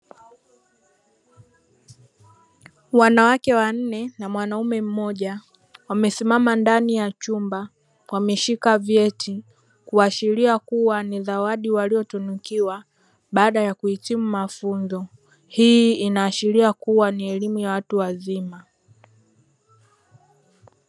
Wanawake wanne na mwanaume mmoja wamesimama ndani ya chumba, wameshika vyeti kuashiria kuwa ni zawadi waliotunikiwa baada ya kuhitimu mafunzo. Hii inaashiria kuwa ni elimu ya watu wazima.